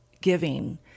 giving